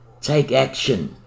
takeaction